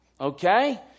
Okay